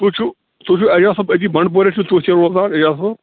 تۄہہِ چھُو تۄہہِ چھُو ایجاز صاب أتی بنٛڈٕ پورے چھِو تُہۍ تہِ روزان ایجاز صٲب